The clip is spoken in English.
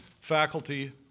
faculty